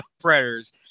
Predators